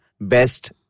best